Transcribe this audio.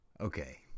Okay